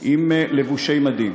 לבושי מדים.